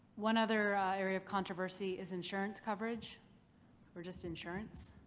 one other area of controversy is insurance coverage or just insurance.